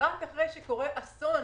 ורק אחרי שקורה אסון